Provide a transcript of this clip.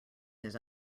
his